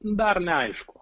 dar neaišku